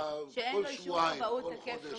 במקום שאין לו אישור כבאות בהיקף קבוע.